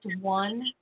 one